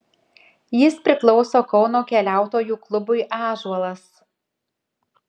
jis priklauso kauno keliautojų klubui ąžuolas